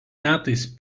metais